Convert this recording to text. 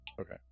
Okay